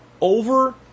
over